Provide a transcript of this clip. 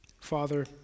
Father